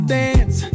dance